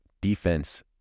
defense